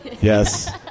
Yes